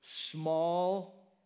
small